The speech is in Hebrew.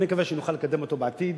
אני מקווה שנוכל לקדם אותו בעתיד,